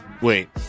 Wait